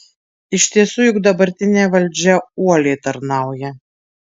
iš tiesų juk dabartinė valdžia uoliai tarnauja